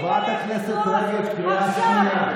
חברת הכנסת רגב, קריאה שנייה.